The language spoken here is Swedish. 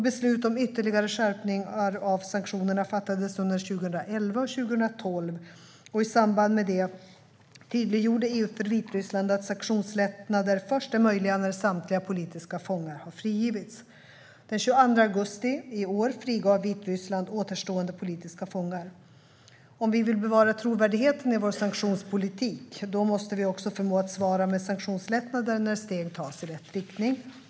Beslut om ytterligare skärpningar av sanktionerna fattades under 2011 och 2012, och i samband med det tydliggjorde EU för Vitryssland att sanktionslättnader är möjliga först när samtliga politiska fångar har frigivits. Den 22 augusti i år frigav Vitryssland återstående politiska fångar. Om vi vill bevara trovärdigheten i vår sanktionspolitik måste vi också förmå att svara med sanktionslättnader när steg tas i rätt riktning.